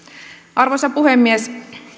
arvoisa puhemies